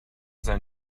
sein